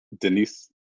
Denise